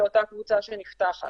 לאותה הקבוצה שנפתחת.